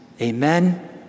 Amen